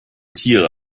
tiere